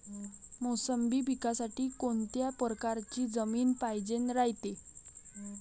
मोसंबी पिकासाठी कोनत्या परकारची जमीन पायजेन रायते?